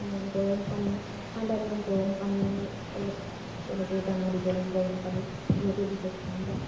গৰম পানী ঠাণ্ডা দিনত গৰম পানী অলপ তেনেকৈয়ে দানা দিব লাগে গৰম পানীত যিহেতু বিশেষ ঠাণ্ডা